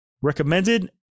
Recommended